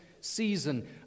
season